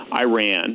Iran